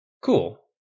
Cool